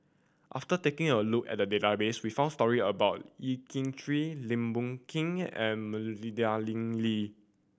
after taking a look at the database we found story about Yeo Kian Chye Lim Boon Keng and Madeleine Lee